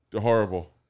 horrible